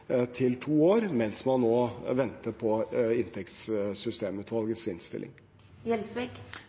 til to år, mens man venter på inntektssystemutvalgets